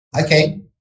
Okay